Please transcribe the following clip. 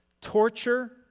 torture